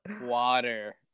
Water